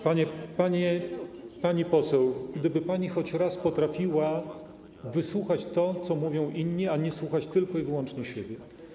Pani poseł, gdyby pani choć raz potrafiła wysłuchać tego, co mówią inni, a nie słuchać tylko i wyłącznie siebie.